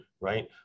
right